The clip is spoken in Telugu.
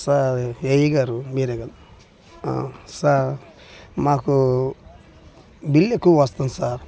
సార్ ఏఈ గారు మీరేనా సార్ మాకు బిల్ ఎక్కువ వస్తుంది సార్